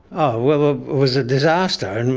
oh well, it was a disaster,